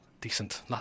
decent